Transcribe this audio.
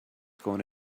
going